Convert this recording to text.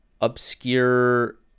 obscure